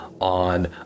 on